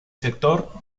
sector